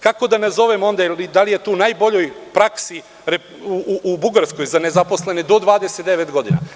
Kako da nazovem onda, da li je to u najboljoj praksi, u Bugarskoj za nezaposlene do 29 godina?